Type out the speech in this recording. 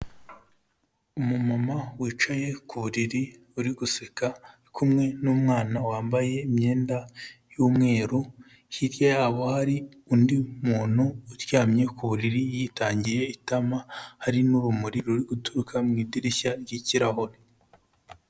Umu mama wicaye ku buriri uri guseka uri kumwe n'umwana wambaye imyenda y'umweru, hirya yabo hari undi muntu uryamye ku buriri yitangiye itama, hari n'urumuri ruri guturuka mu idirishya ry'ikirahure.